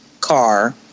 car